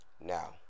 now